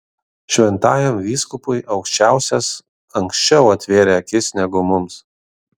šventajam vyskupui aukščiausias anksčiau atvėrė akis negu mums